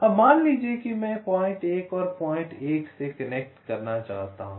अब मान लीजिए कि मैं पॉइंट 1 को पॉइंट 1 से कनेक्ट करना चाहता हूं